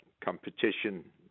competition